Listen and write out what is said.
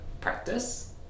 practice